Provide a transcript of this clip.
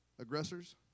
aggressors